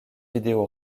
vidéo